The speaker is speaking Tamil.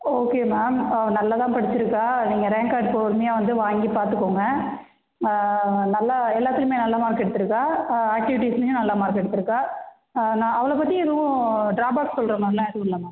ஓகே மேம் நல்லாதான் படிச்சிருக்கா நீங்கள் ரேங்க் கார்டு பொறுமையாக வந்து வாங்கி பார்த்துக்கோங்க நல்லா எல்லாத்துலையுமே நல்ல மார்க் எடுத்துருக்கா ஆக்ட்டிவிட்டிஸ்லயுமே நல்ல மார்க் எடுத்துருக்கா நான் அவளை பற்றி எதுவும் ட்ராபேக் சொல்றமாதிரி எல்லாம் எதுவும் இல்லை மேம்